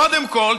קודם כול,